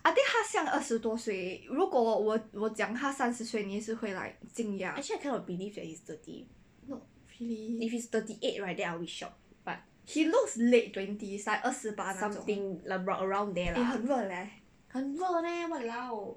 actually I kind of believe that he is thirty if he is thirty eight right then I will be shocked something like around there lah 很热 meh !walao!